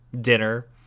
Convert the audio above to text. dinner